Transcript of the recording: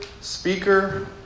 speaker